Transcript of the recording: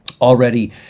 Already